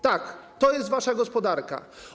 Tak, to jest wasza gospodarka.